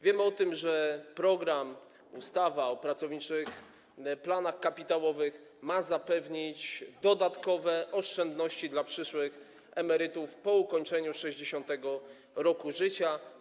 Wiemy o tym, że program, ustawa o pracowniczych planach kapitałowych ma zapewnić dodatkowe oszczędności dla przyszłych emerytów po ukończeniu 60. roku życia.